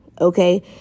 okay